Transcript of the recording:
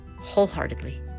wholeheartedly